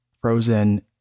frozen